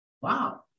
Wow